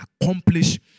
accomplish